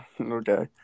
Okay